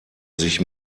sich